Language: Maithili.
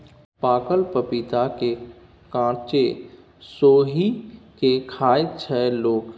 पाकल पपीता केँ कांचे सोहि के खाइत छै लोक